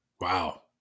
Wow